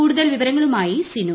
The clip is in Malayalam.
കൂടുതൽ വിവരങ്ങളുമായി സിനു